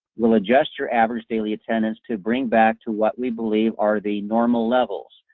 will adjust your average daily attendance to bring back to what we believe are the normal levels.